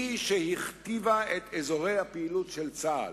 היא שהכתיבה את אזורי הפעילות של צה"ל.